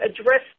address